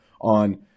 on